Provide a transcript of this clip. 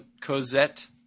Cosette